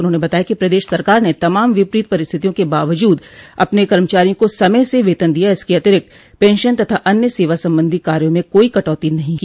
उन्होंने बताया कि प्रदेश सरकार ने तमाम विपरीत परिस्थितियों के बावजूद अपने कर्मचारियों को समय से वेतन दिया इसके अतरिक्त पेंशन तथा अन्य सेवा संबंधी कार्यों में कोई कटौती नहीं की